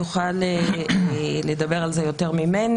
הוא יוכל לדבר על זה יותר ממני